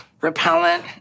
repellent